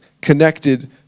connected